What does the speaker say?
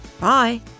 bye